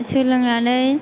सोलोंनानै